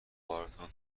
بارتان